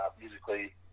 musically